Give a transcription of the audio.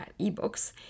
ebooks